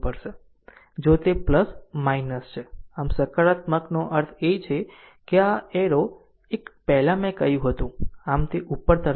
અહીં જો તે છે આમ સકારાત્મક નો અર્થ એ છે કે આ એરો એક પહેલાં મેં કહ્યું હતું આમ તે ઉપર તરફ છે